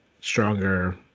stronger